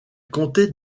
comptait